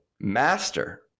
Master